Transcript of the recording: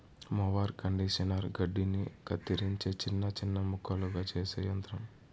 mower conditioner గడ్డిని కత్తిరించి చిన్న చిన్న ముక్కలుగా చేసే యంత్రం